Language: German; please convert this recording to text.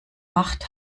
macht